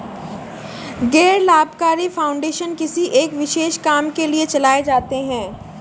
गैर लाभकारी फाउंडेशन किसी एक विशेष काम के लिए चलाए जाते हैं